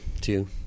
Two